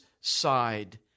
side